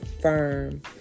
firm